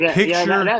picture